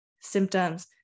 symptoms